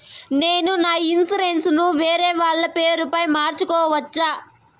నేను నా ఇన్సూరెన్సు ను వేరేవాళ్ల పేరుపై మార్సుకోవచ్చా?